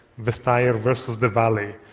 vestager versus the valley.